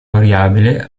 variabile